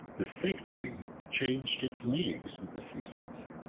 the fig-tree changed its leaves with the seasons.